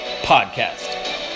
Podcast